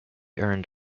earned